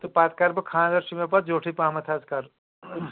تہٕ پتہ کِرٕ بہ خاندر چُھ مےٚ پتہ زیوٹھٕے پہمتھ حظ کَرُن